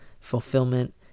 fulfillment